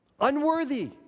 unworthy